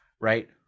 right